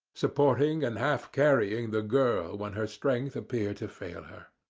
supporting and half-carrying the girl when her strength appeared to fail her.